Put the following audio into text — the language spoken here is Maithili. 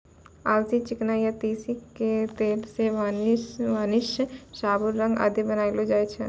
अलसी, चिकना या तीसी के तेल सॅ वार्निस, साबुन, रंग आदि बनैलो जाय छै